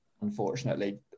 Unfortunately